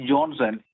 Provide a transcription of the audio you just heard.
Johnson